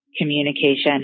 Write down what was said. communication